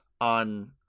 on